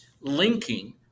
linking